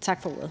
Tak for ordet.